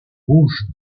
rouges